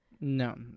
No